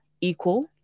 equal